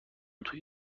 توی